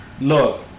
Look